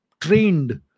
trained